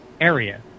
area